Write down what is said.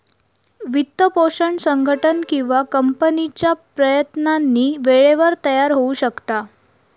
वित्तपोषण संघटन किंवा कंपनीच्या प्रयत्नांनी वेळेवर तयार होऊ शकता